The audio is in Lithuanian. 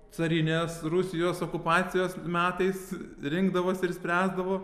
carinės rusijos okupacijos metais rinkdavosi ir spręsdavo